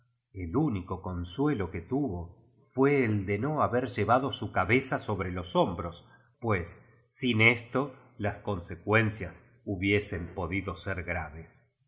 el único consuelo que tuvo fué el de no haber llevado su cabeza sobre los hombros pues sin esto las consecuencias hubiesen po dido ser graves